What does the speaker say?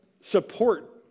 support